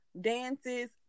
dances